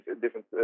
different